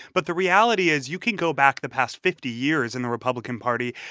but the reality is, you can go back the past fifty years in the republican party,